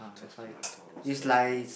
just nice